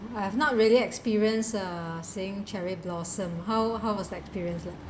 I have not really experience uh saying cherry blossom how how was the experience ah